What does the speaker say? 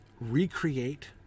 recreate